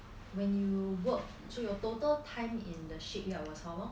when you work so your total time in the shipyard was how long